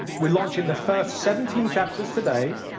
we're launching the first seventeen chapters today,